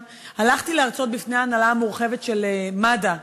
הלכתי להרצות לפני ההנהלה המורחבת של מד"א,